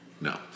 No